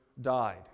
died